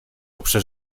poprze